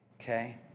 okay